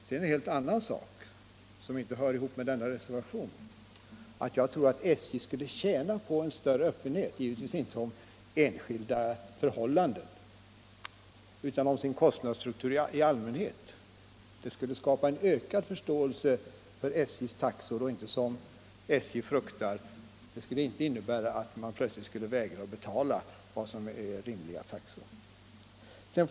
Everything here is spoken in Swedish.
En annan synpunkt, som inte hör till denna reservation, är att jag tror att SJ skulle vinna på en större öppenhet, givetvis inte om enskilda förhållanden utan om sin kostnadsstruktur i allmänhet. Det skulle skapa ökad förståelse för SJ:s taxor. Det skulle inte, som SJ fruktar, medföra att man plötsligt skulle vägra att betala vad som är rimliga taxor.